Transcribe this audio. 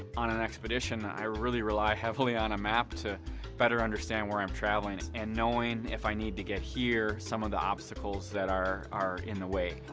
on an expedition, i really rely heavily on a map to better understand where i'm traveling and knowing if i need to get here, some of the obstacles that are are in the way.